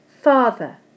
Father